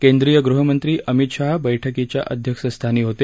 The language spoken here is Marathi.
केंद्रीय गृहमंत्री अमित शहा बैठकीच्या अध्यक्षस्थानी होते